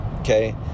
okay